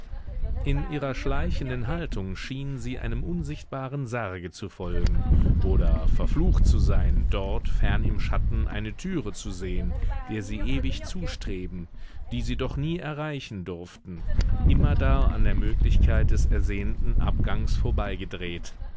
in ihrer schleichenden haltung schienen sie einem unsichtbaren sarge zu folgen oder verflucht zu sein dort fern im schatten eine türe zu sehn der sie ewig zustreben die sie doch nie erreichen durften immerdar an der möglichkeit des ersehnten abgangs